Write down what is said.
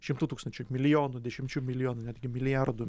šimtų tūkstančių milijonų dešimčių milijonų netgi milijardų